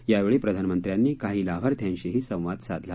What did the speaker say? यावेळी प्रधानमंत्र्यांनी काही लाभार्थ्यांशीही संवाद साधला